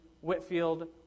Whitfield